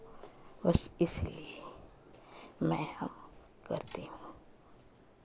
बस इसलिए ही मैं हाँ करती हूँ